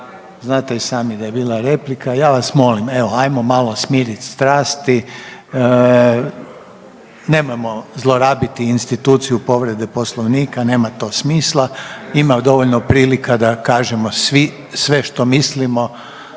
znate i sami da je bila replika, ja vas molim, evo, ajmo malo smiriti strasti. Nemojmo zlorabiti instituciju povrede Poslovnika, nema to smisla. Ima dovoljno prilika da kažemo svi sve što mislimo